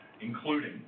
including